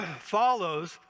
follows